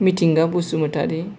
Mithinga Basumatary